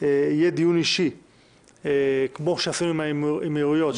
יהיה דיון אישי כמו שעשינו בדיון עם האמירויות,